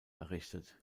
errichtet